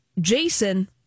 Jason